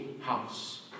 house